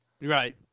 Right